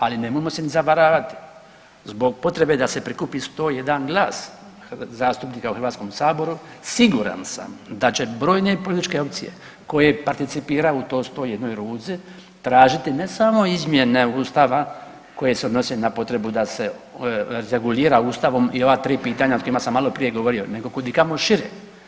Ali nemojmo se ni zavaravati, zbog potrebe da se prikupi 101 glas zastupnika u HS-u siguran sam da će brojne političke opcije koje participiraju u toj 101 ruci tražiti ne samo izmjene Ustava koje se odnose na potrebu da se regulira Ustavom i ova tri pitanja o kojima sam maloprije govorio nego kudikamo šire.